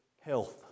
health